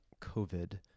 COVID